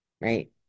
right